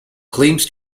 claims